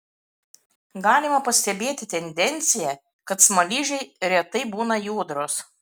galima pastebėti tendenciją kad smaližiai retai būna judrūs